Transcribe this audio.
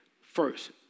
First